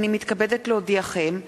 הנני מתכבדת להודיעכם,